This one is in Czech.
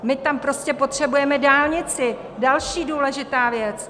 My tam potřebujeme dálnici, další důležitá věc.